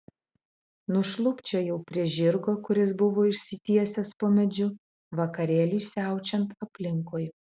nušlubčiojau prie žirgo kuris buvo išsitiesęs po medžiu vakarėliui siaučiant aplinkui